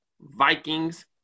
Vikings